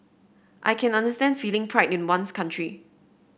I can understand feeling pride in one's country